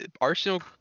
Arsenal